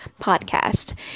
podcast